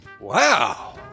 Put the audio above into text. wow